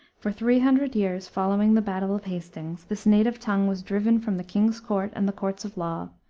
for three hundred years following the battle of hastings this native tongue was driven from the king's court and the courts of law,